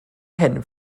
hyn